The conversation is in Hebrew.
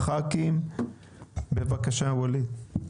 בבקשה, ואליד.